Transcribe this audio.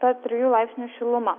ta trijų laipsnių šiluma